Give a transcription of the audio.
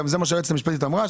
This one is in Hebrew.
וזה גם מה שהיועצת המשפטית אמרה,